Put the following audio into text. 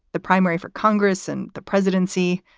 the primary for congress and the presidency.